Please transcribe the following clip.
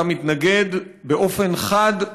אתה מתנגד באופן חד,